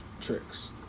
tricks